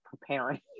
preparing